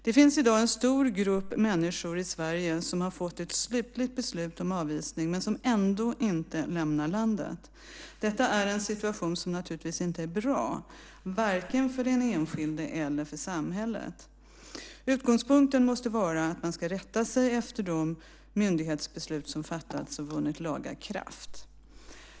Det finns i dag en stor grupp människor i Sverige som har fått ett slutligt beslut om avvisning men som ändå inte lämnar landet. Detta är en situation som naturligtvis inte är bra, varken för den enskilde eller för samhället. Utgångspunkten måste vara att man ska rätta sig efter de myndighetsbeslut som fattats och vunnit laga kraft.